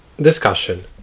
Discussion